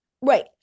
Right